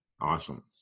awesome